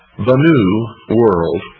the new world.